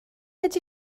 ydy